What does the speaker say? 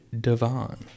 Devon